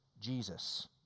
Jesus